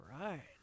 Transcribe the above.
right